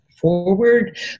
forward